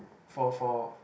for for